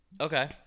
Okay